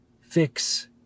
fix